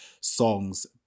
songs